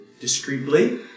Discreetly